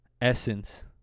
essence